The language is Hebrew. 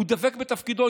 הוא דבק בתפקידו,